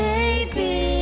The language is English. Baby